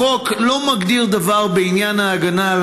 החוק לא מגדיר דבר בעניין ההגנה על